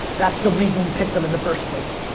that's the reason you picked them in the first place.